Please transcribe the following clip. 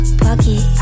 pocket